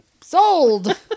sold